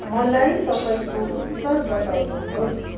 मलाई तपाईँको उत्तर बताउनुहुोस्